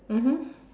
mmhmm